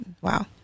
Wow